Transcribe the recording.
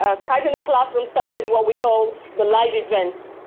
ah skype in the classroom started what we call the live events.